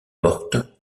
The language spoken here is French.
mortes